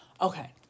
okay